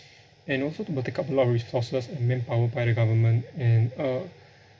and also it will take up a lot of resources and manpower by the government and uh